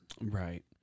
Right